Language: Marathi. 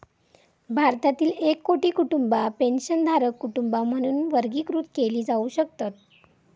भारतातील एक कोटी कुटुंबा पेन्शनधारक कुटुंबा म्हणून वर्गीकृत केली जाऊ शकतत